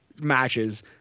matches